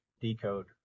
Decode